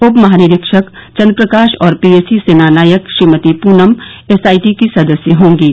उपमहानिरीक्षक चन्द्र प्रकाश और पीएसी सेनानायक श्रीमती पूनम एसआईटी की सदस्य होंगीं